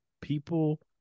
people